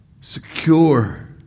secure